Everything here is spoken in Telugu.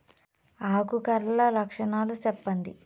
ఆకు కర్ల లక్షణాలు సెప్పండి